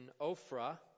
Ophrah